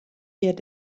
hjir